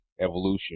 evolution